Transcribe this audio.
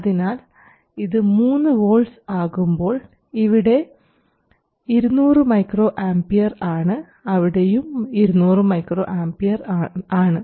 അതിനാൽ ഇത് 3 വോൾട്ട്സ് ആകുമ്പോൾ ഇവിടെ 200 µA ആണ് അവിടെയും 200 µA ആണ്